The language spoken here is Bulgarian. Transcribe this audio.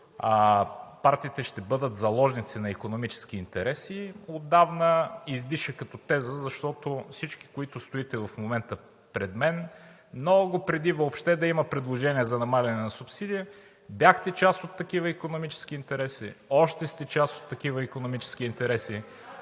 партиите ще бъдат заложници на икономически интереси отдавна издиша като теза, защото всички, които стоите в момента пред мен, много преди въобще да има предложение за намаляване на субсидията, бяхте част от такива икономически интереси, още сте част от такива икономически интереси,